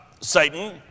Satan